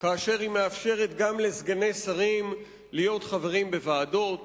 בכך שהיא מאפשרת גם לסגני שרים להיות חברים בוועדות,